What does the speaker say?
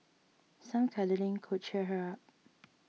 some cuddling could cheer her up